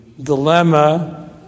dilemma